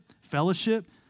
fellowship